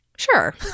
Sure